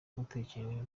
guterekera